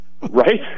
Right